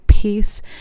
peace